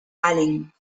allen